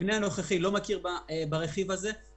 המבנה הנוכחי לא מכיר ברכיב הזה.